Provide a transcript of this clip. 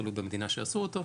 תלוי במדינה שעשו אותו,